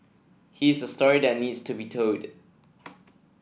his is a story that needs to be told